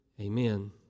Amen